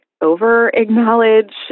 over-acknowledge